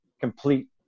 complete